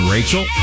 Rachel